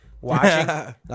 watching